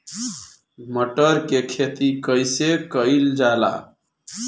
मटर के खेती कइसे कइल जाला?